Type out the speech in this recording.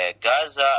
Gaza